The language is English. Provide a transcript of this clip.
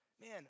man